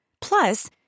Plus